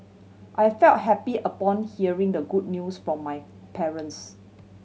I felt happy upon hearing the good news from my parents